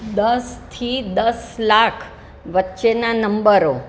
દસથી દસ લાખ વચ્ચેના નંબરો